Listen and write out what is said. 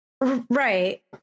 Right